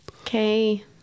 Okay